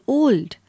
old